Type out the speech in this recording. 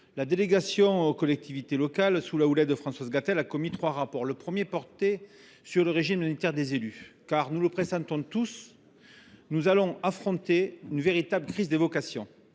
La délégation aux collectivités locales, sous la houlette de Françoise Gatel, a produit trois rapports. Le premier portait sur le régime indemnitaire des élus. En effet, comme nous le pressentons tous, nous allons affronter une véritable crise des vocations.